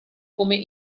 come